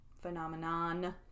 Phenomenon